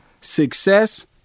success